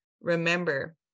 Remember